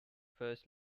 first